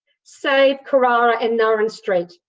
save carrara and nurran street.